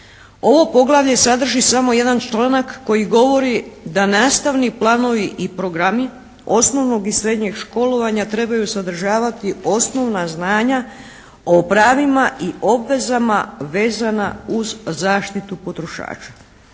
Ovo poglavlje sadrži samo jedan članak koji govori da nastavni planovi i programi osnovnog i srednjeg školovanja trebaju sadržavati osnovna znanja o pravima i obvezama vezana uz zaštitu potrošača.